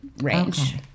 range